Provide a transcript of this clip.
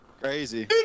Crazy